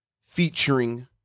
featuring